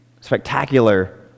spectacular